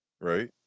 right